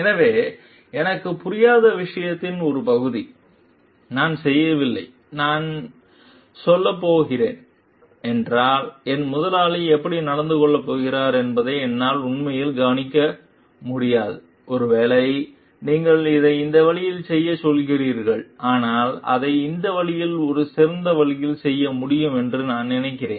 எனவே எனக்கு புரியாத விஷயத்தின் இந்த பகுதி நான் செய்யவில்லை நான் சொல்லப் போகிறேன் என்றால் என் முதலாளி எப்படி நடந்து கொள்ளப் போகிறார் என்பதை என்னால் உண்மையில் கணிக்க முடியாது ஒருவேளை நீங்கள் இதை இந்த வழியில் செய்யச் சொல்கிறீர்கள் ஆனால் அதை இந்த வழியில் ஒரு சிறந்த வழியில் செய்ய முடியும் என்று நான் நினைக்கிறேன்